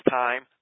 time